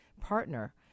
partner